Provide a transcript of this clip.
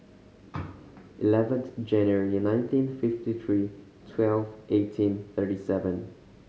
eleventh January nineteen fifty three twelve eighteen thirty seven